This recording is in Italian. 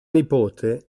nipote